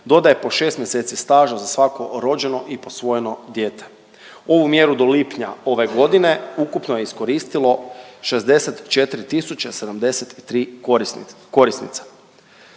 dodaje po šest mjeseci staža za svako rođeno i posvojeno dijete. Ovu mjeru do lipnja ove godine ukupno je iskoristilo 64073 korisnica.